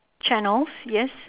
channels yes